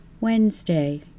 Wednesday